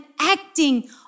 acting